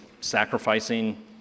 sacrificing